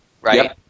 right